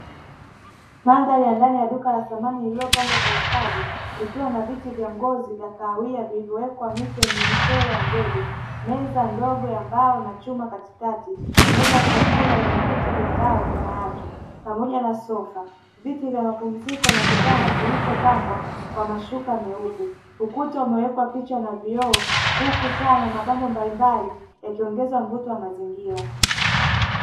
Mandhari ya ndani ya duka la samani lililopangwa kwa ustadi likiwa na viti vya ngozi vya kahawia vilivyowekwa mito yenye michoro ya ndege, meza ndogo ya mbao na chuma katikati, meza ya chakula yenye viti vya mbao nyuma yake, pamoja na sofa, viti vya mapumziko na kitanda kilichopambwa kwa mashuka meupe. Ukuta umewekwa picha na vioo, huku taa na mapambo mbalimbali yakiongeza mvuto wa mazingira.